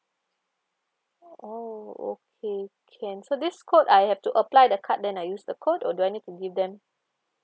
oh okay can so this code I have to apply the card then I use the code or do I need to give them